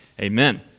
Amen